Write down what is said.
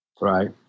Right